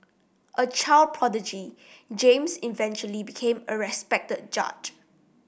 a child prodigy James eventually became a respected judge